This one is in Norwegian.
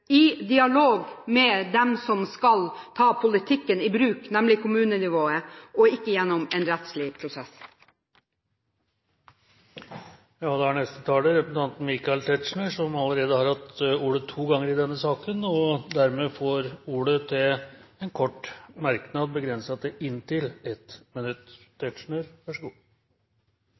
i dialog med dem som skal ta politikken i bruk, nemlig kommunenivået, og ikke gjennom en rettslig prosess. Representanten Michael Tetzschner har allerede hatt ordet to ganger tidligere og får dermed ordet til en kort merknad, begrenset til inntil 1 minutt.